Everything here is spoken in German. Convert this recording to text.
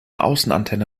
außenantenne